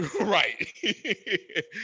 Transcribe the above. right